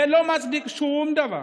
זה לא מצדיק שום דבר,